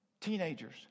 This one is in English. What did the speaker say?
Teenagers